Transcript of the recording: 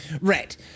right